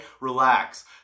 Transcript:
relax